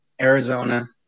Arizona